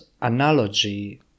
analogy